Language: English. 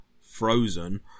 Frozen